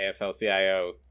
AFL-CIO